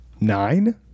Nine